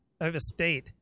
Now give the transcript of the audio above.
overstate